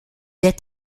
est